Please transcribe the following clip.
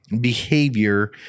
behavior